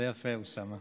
זה יפה, אוסאמה.